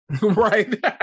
right